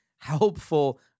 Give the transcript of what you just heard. helpful